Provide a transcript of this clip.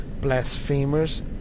blasphemers